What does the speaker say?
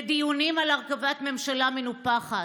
לדיונים על הרכבת ממשלה מנופחת.